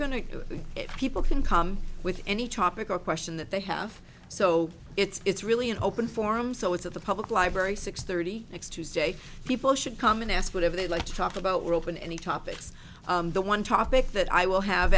it people can come with any topic or question that they have so it's really an open forum so it's at the public library six thirty next tuesday people should come and ask whatever they like to talk about we're open any topics the one topic that i will have